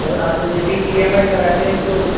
और आप यदि ई एम आई कराते हैं तो